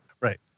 Right